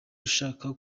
ushaka